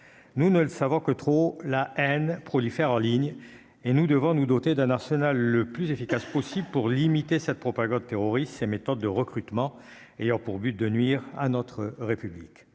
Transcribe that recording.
nous ne le savons que trop la haine prolifèrent en ligne et nous devons nous doter d'un arsenal le plus efficace possible pour limiter cette propagande terroriste, ses méthodes de recrutement ayant pour but de nuire à notre République,